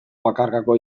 bakarkako